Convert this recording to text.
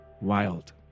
wild